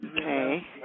Okay